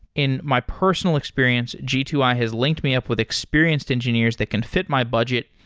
in my personal experience, g two i has linked me up with experienced engineers that can fit my budget,